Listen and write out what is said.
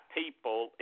people